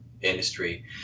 industry